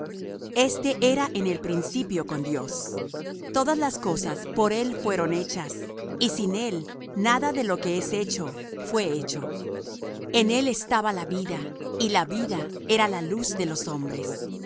este era en el principio con dios todas las cosas por él fueron hechas y sin él nada de lo que es hecho fué hecho en él estaba la vida y la vida era la luz de los hombres